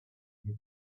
his